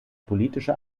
politische